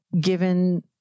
given